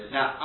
Now